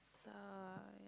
sigh